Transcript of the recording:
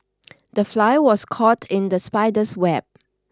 the fly was caught in the spider's web